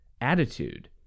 attitude